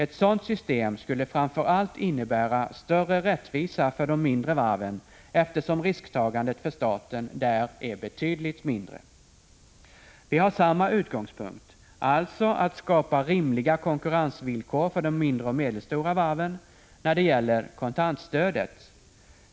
Ett sådant system skulle framför allt innebära större rättvisa för de mindre varven, eftersom risktagandet för staten där är betydligt mindre. Vi har samma utgångspunkt — alltså att skapa rimliga konkurrensvillkor för de mindre och medelstora varven — när det gäller kontantstödet.